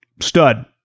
Stud